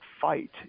fight